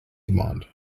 demand